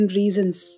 reasons